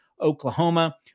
Oklahoma